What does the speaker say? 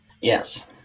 Yes